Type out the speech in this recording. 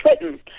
written